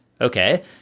Okay